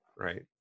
Right